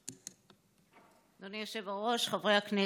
אדוני היושב-ראש, חברי הכנסת,